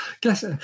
guess